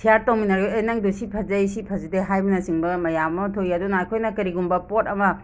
ꯁꯤꯌꯔ ꯇꯧꯃꯤꯟꯅꯔꯒ ꯑꯦ ꯅꯪꯗꯣ ꯁꯤ ꯐꯥꯖꯩ ꯁꯤ ꯐꯖꯗꯦ ꯍꯥꯏꯕꯅꯆꯤꯡꯕ ꯃꯌꯥꯝ ꯑꯃ ꯊꯣꯛꯏ ꯑꯗꯨꯅ ꯑꯩꯈꯣꯏꯅ ꯀꯥꯔꯤꯒꯨꯝꯕ ꯄꯣꯠ ꯑꯃ